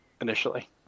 initially